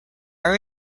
are